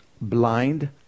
blind